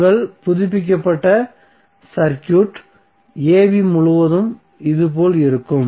உங்கள் புதுப்பிக்கப்பட்ட circuit ab முழுவதும் இதுபோல் இருக்கும்